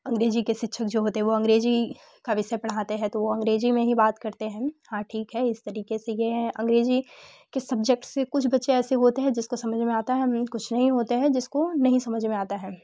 अंग्रेज़ी के शिक्षक जो होते वो अंग्रेज़ी का विषय पढ़ाते हैं तो वो अंग्रेज़ी में ही बात करते हैं हाँ ठीक है इस तरीक़े से ये है अंग्रेज़ी किस सब्जेक्ट से कुछ बच्चे ऐसे होते हैं जिसको समझ में आता है कुछ नहीं होते हैं जिसको नहीं समझ में आता है